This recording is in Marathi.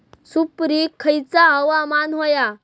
सुपरिक खयचा हवामान होया?